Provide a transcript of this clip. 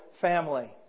family